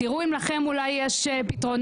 תראו אם לכם יש פתרונות,